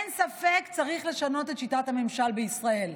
אין ספק, צריך לשנות את שיטת הממשל בישראל,